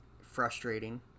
frustrating